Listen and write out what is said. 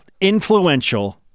influential